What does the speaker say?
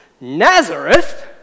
Nazareth